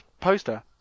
poster